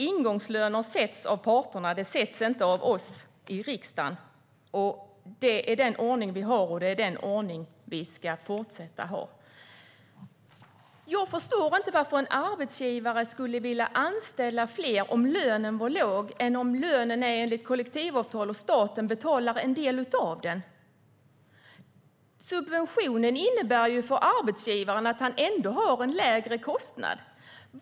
Ingångslöner sätts av parterna; de sätts inte av oss i riksdagen. Det är den ordning vi har, och det är den ordning vi ska fortsätta ha. Jag förstår inte varför en arbetsgivare skulle vilja anställa fler om lönen var låg än om lönen är enligt kollektivavtal och staten betalar en del av den. Subventionen innebär ju för arbetsgivaren att han ändå har en lägre kostnad.